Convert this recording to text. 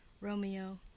Romeo